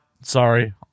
Sorry